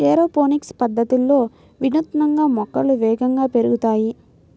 aeroponics పద్ధతిలో వినూత్నంగా మొక్కలు వేగంగా పెరుగుతాయి